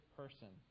person